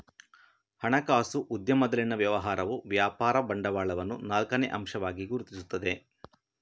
ಹಣಕಾಸು ಉದ್ಯಮದಲ್ಲಿನ ವ್ಯವಹಾರವು ವ್ಯಾಪಾರ ಬಂಡವಾಳವನ್ನು ನಾಲ್ಕನೇ ಅಂಶವಾಗಿ ಗುರುತಿಸುತ್ತದೆ